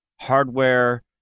hardware